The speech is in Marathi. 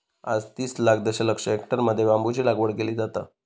आज तीस लाख दशलक्ष हेक्टरमध्ये बांबूची लागवड केली जाता